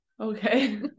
Okay